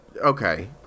okay